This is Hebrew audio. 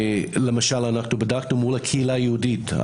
למשל אנחנו בדקנו מול הקהילה היהודית,